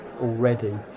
already